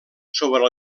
sobre